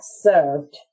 served